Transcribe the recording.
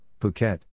Phuket